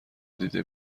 دیده